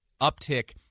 uptick